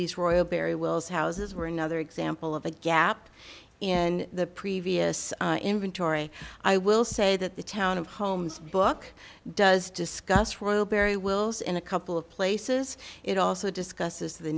these royal barry wills houses were another example of a gap in the previous inventory i will say that the town of holmes book does discuss royal barry wills in a couple of places it also discusses th